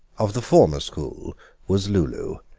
of the former school was lulu,